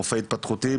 רופא התפתחותי,